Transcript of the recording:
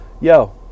yo